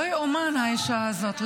לא יאומן, האישה הזאת.